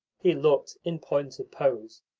he looked, in point of pose,